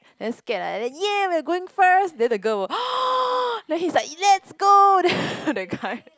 very scared leh then !yay! we are going first then the girl will !huh! then he's like let's go that kind